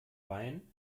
wein